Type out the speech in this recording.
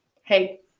hey